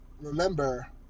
Remember